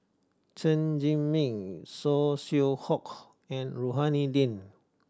Chen Zhiming Saw Swee Hock and Rohani Din